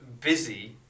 busy